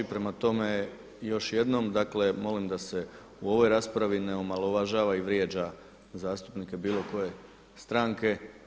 Prema tome, još jednom dakle molim da se u ovoj raspravi ne omalovažava i vrijeđa zastupnike bilo koje stranke.